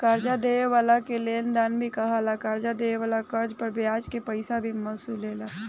कर्जा देवे वाला के लेनदार भी कहाला, कर्जा देवे वाला कर्ज पर ब्याज के पइसा भी वसूलेला